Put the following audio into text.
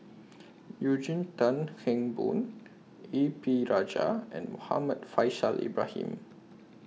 Eugene Tan Kheng Boon A P Rajah and Muhammad Faishal Ibrahim